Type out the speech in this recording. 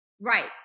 Right